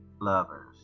Lovers